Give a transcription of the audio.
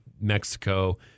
Mexico